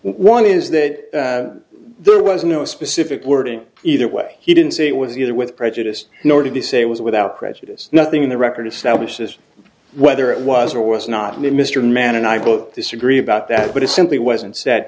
one is that there was no specific wording either way he didn't say it was either with prejudice nor did he say it was without prejudice nothing in the record establishes whether it was or was not and mr mann and i both disagree about that but it simply wasn't said